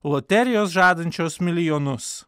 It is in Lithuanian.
loterijos žadančios milijonus